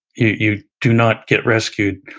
you do not get rescued.